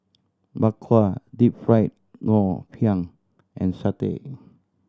Bak Kwa Deep Fried Ngoh Hiang and satay